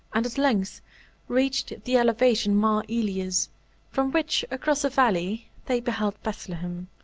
and at length reached the elevation mar elias from which, across a valley, they beheld bethlehem,